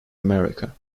america